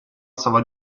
stava